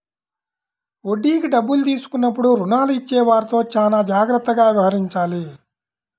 వడ్డీకి డబ్బులు తీసుకున్నప్పుడు రుణాలు ఇచ్చేవారితో చానా జాగ్రత్తగా వ్యవహరించాలి